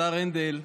השר הנדל,